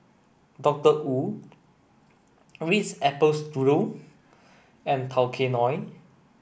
Doctor Wu Ritz Apple Strudel and Tao Kae Noi